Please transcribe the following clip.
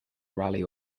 rally